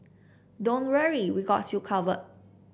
don't worry we've got you covered